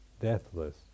deathless